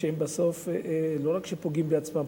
והם בסוף לא רק פוגעים בעצמם,